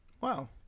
Wow